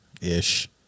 ish